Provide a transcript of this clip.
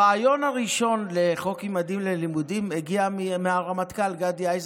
הרעיון הראשון לחוק ממדים ללימודים הגיע מהרמטכ"ל גדי איזנקוט,